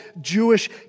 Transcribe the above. Jewish